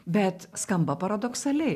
bet skamba paradoksaliai